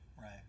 right